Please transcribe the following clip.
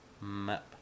map